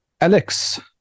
Alex